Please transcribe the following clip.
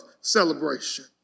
celebration